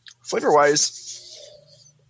flavor-wise